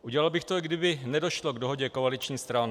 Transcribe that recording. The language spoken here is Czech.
Udělal bych to, i kdyby nedošlo k dohodě koaličních stran.